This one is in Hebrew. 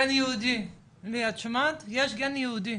גן יהודי, לי, את שומעת, יש גן יהודי,